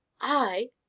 I